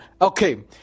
Okay